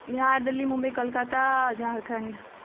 Bihar Delhi Mumbai Kolkata Jharkhand